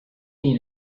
mean